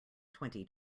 twenty